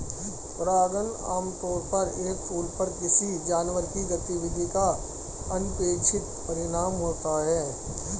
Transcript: परागण आमतौर पर एक फूल पर किसी जानवर की गतिविधि का अनपेक्षित परिणाम होता है